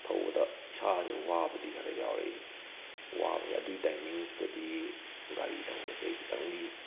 ꯊꯧꯕꯗ ꯏꯁꯥꯁꯦ ꯋꯥꯕꯗꯤ ꯈꯔ ꯌꯥꯎꯔꯛꯏ ꯋꯥꯕꯁꯦ ꯑꯗꯨꯏ ꯇꯥꯏꯃꯤꯡꯁꯤꯗꯗꯤ ꯒꯥꯔꯤ ꯊꯧꯕꯁꯦ ꯈꯤꯇꯪꯗꯤ